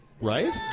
Right